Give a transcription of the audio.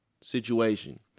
situation